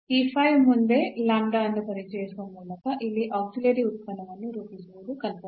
ಈ phi ಮುಂದೆ ಅನ್ನು ಪರಿಚಯಿಸುವ ಮೂಲಕ ಇಲ್ಲಿ ಆಕ್ಸಿಲಿಯೇರಿ ಉತ್ಪನ್ನವನ್ನು ರೂಪಿಸುವುದು ಕಲ್ಪನೆ